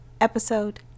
episode